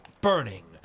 burning